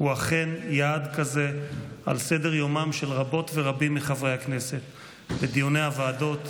הוא אכן יעד כזה על סדר-יומם של רבות ורבים מחברי הכנסת בדיוני הוועדות,